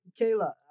Kayla